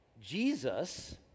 Jesus